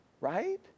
Right